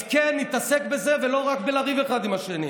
אז כן, נתעסק בזה, ולא רק בלריב אחד עם השני.